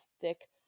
thick